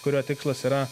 kurio tikslas yra